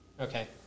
Okay